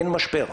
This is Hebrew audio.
אין משבר.